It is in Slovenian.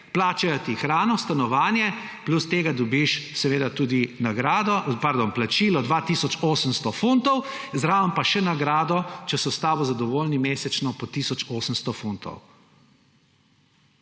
plačajo ti hrano, stanovanje, plus tega dobiš seveda tudi plačilo 2 tisoč 800 funtov, zraven pa še nagrado, če so s tabo zadovoljni, mesečno po 1800 funtov.